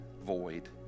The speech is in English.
void